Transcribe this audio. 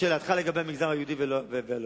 לשאלתך לגבי המגזר היהודי והלא-יהודי,